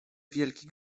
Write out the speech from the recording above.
wielki